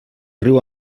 riu